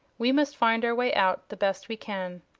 we must find our way out the best we can.